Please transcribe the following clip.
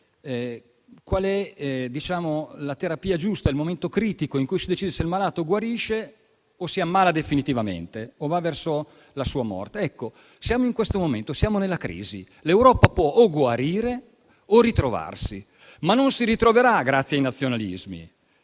quale sia la terapia giusta; è il momento critico in cui si decide se il malato guarisce o si ammala definitivamente e va verso la sua morte. Ecco, siamo in questo momento, siamo nella crisi. L'Europa può o guarire o ritrovarsi, ma non si ritroverà grazie ai nazionalismi,